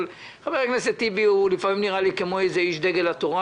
אבל חבר הכנסת טיבי לפעמים נראה לי כמו מין איש דגל התורה,